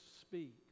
speak